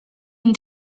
need